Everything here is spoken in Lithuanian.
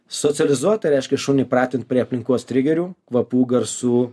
socializuot tai reiškia šunį pratint prie aplinkos trigerių kvapų garsų